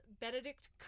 benedict